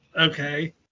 Okay